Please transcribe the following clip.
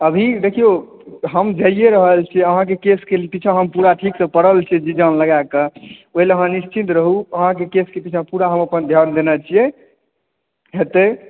अभी देखियौ हम झेलिये रहल छियै अहाँके केश के पीछा हम पूरा ठीक सॅं पड़ल छियै जी जान लगाकऽ ताहि लए अहाँ निश्चिन्त रहू अहाँके केश के पीछा पूरा हम ध्यान देने छियै हेतै